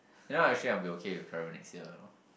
you know actually I'll be okay with travel next year you know